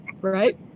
right